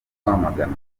rwamagana